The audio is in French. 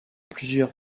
plusieurs